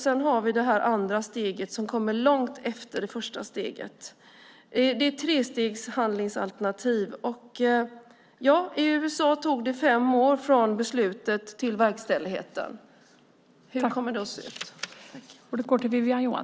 Sedan har vi det andra steget som kommer långt efter det första steget. Det är ett trestegshandlingsalternativ. I USA tog det fem år från beslutet till verkställigheten. Hur kommer det att se ut?